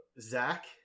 Zach